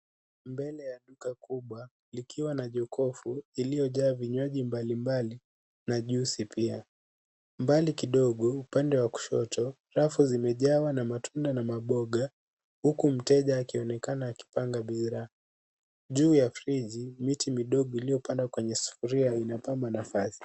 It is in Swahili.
Mbele ya duka kubwa likiwa na jokofu uliojaa vinywaji mbalimbali na juzi pia. Mbali kidogo upande wa kushoto rafu zimejawa na matunda na maboga huku mteja akionekana akipanga bidhaa juu ya friji miti midogo iliopandwa kwenye sufuri inapamba nafasi.